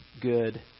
good